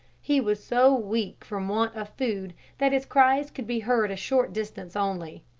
he was so weak from want of food that his cries could be heard a short distance only.